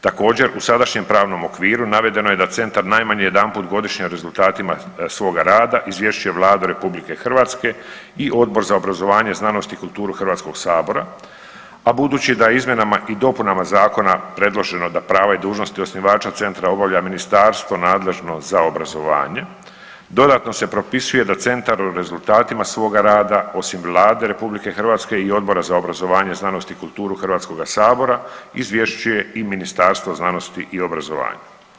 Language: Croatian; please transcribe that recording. Također, u sadašnjem pravnom okviru navedeno je da centar najmanje jedanput godišnje o rezultatima svoga rada izvješćuje Vladu RH i Odbor za obrazovanje, znanost i kulturu Hrvatskog sabora, a budući da je izmjenama i dopunama zakona predloženo da prava i dužnosti osnivača centra obavlja ministarstvo nadležno za obrazovanje dodatno se propisuje da centar o rezultatima svoga rada osim Vlade RH i Odbora za obrazovanje, znanost i kulturu Hrvatskoga sabora izvješćuje i Ministarstvo znanosti i obrazovanja.